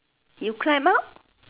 you climb out